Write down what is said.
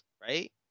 right